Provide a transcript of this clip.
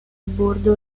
bordo